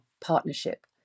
partnership